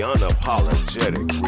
Unapologetic